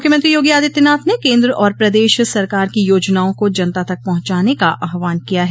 मुख्यमंत्री योगी आदित्यनाथ ने केन्द्र और प्रदेश सरकार की योजनाओं को जनता तक पहुंचाने का आहवान किया है